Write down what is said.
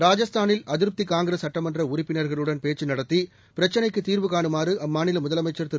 ராஜஸ்தானில் அதிருப்தி காங்கிரஸ் சட்டமன்ற உறுப்பினர்களுடன் பேச்சு நடத்தி பிரச்சினைக்கு தீர்வு காணுமாறு அம்மாநில முதலமைச்சர் திரு